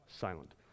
silent